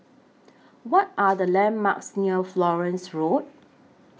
What Are The landmarks near Florence Road